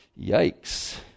Yikes